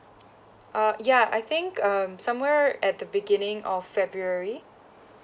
uh ya I think um somewhere at the beginning of february